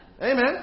Amen